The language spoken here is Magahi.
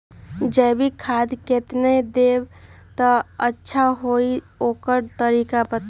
जैविक खाद केतना देब त अच्छा होइ ओकर तरीका बताई?